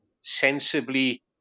sensibly